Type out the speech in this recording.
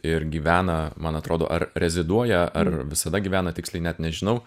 ir gyvena man atrodo ar reziduoja ar visada gyvena tiksliai net nežinau